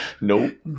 Nope